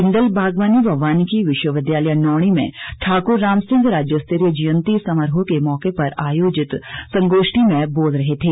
बिंदल बागवानी व वानिकी विश्वविद्यालय नौणी में ठाक्र रामसिंह राज्य स्तरीय जयंती समारोह के मौके पर आयोजित संगोष्ठी में बोल रहे थे